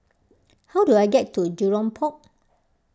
how do I get to Jurong Port